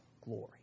glory